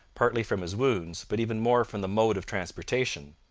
partly from his wounds, but even more from the mode of transportation.